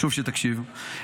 חשוב שתקשיבו,